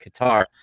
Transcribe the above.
qatar